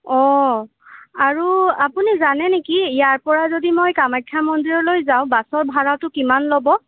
অঁ আৰু আপুনি জানে নেকি ইয়াৰপৰা যদি মই কামাখ্যা মন্দিৰলৈ যাওঁ বাছৰ ভাড়াটো কিমান ল'ব